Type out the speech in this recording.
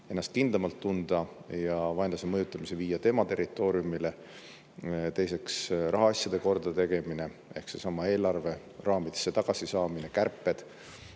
ennast kindlamalt tunda ja vaenlase mõjutamise viia tema territooriumile. Teiseks rahaasjade kordategemine ehk seesama eelarve raamidesse tagasisaamine, kärped.